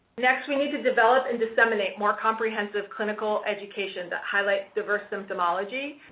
next, we need to develop and disseminate more comprehensive clinical education that highlights diverse symptomology,